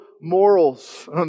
morals